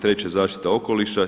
Treće zaštita okoliša.